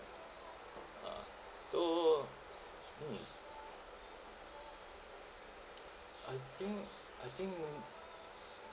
ah so mm I think I think